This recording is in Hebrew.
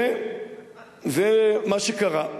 ומה שקרה,